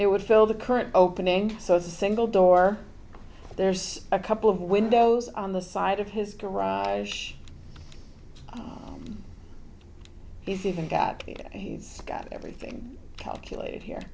it would fill the current opening so it's a single door there's a couple of windows on the side of his garage he's even got it and he's got everything calculated here